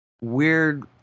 weird